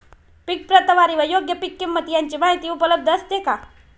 पीक प्रतवारी व योग्य पीक किंमत यांची माहिती उपलब्ध असते का?